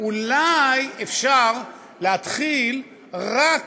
אולי אפשר להתחיל רק